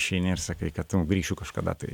išeini ir sakai kad tu grįšiu kažkada tai